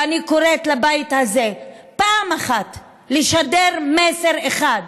ואני קוראת לבית הזה פעם אחת לשדר מסר אחד,